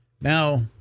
Now